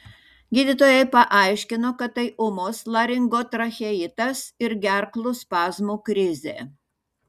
gydytojai paaiškino kad tai ūmus laringotracheitas ir gerklų spazmų krizė